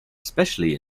especially